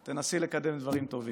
תנסי לקדם דברים טובים.